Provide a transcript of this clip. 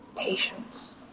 Patience